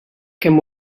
kemm